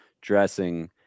dressing